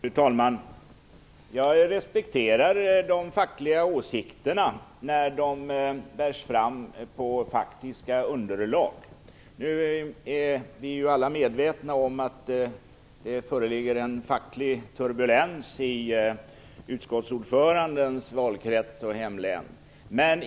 Fru talman! Jag respekterar de fackliga åsikterna när de bärs fram på faktiska underlag. Vi är alla medvetna om att det föreligger en facklig turbulens i utskottsordförandens valkrets och hemlän.